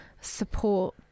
support